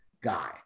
guy